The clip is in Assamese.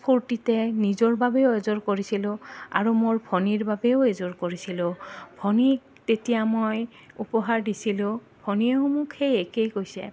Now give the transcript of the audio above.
ফূৰ্তিতে নিজৰ বাবেও এযোৰ কৰিছিলোঁ আৰু মোৰ ভনীৰ বাবেও এযোৰ কৰিছিলোঁ ভনীক তেতিয়া মই উপহাৰ দিছিলোঁ ভনীয়েও সেই একেই কৈছে